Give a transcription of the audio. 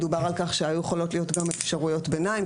דובר על כך שהיו יכולות להיות גם אפשרויות ביניים,